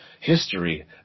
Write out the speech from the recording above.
history